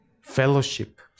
fellowship